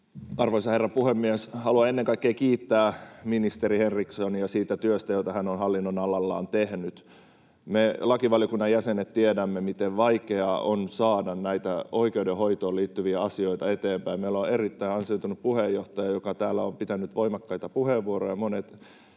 Arvoisa herra puhemies! Haluan ennen kaikkea kiittää ministeri Henrikssonia siitä työstä, jota hän on hallinnonalallaan tehnyt. Me lakivaliokunnan jäsenet tiedämme, miten vaikeaa on saada näitä oikeudenhoitoon liittyviä asioita eteenpäin. Meillä on erittäin ansioitunut puheenjohtaja, joka täällä on pitänyt voimakkaita puheenvuoroja.